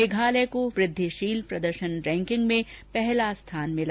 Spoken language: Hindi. मेघालय को वृद्विशील प्रदर्शन रैंकिंग में पहला स्थान मिला